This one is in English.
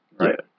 Right